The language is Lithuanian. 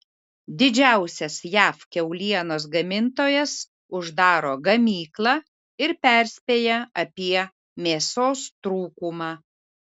didžiausias jav kiaulienos gamintojas uždaro gamyklą ir perspėja apie mėsos trūkumą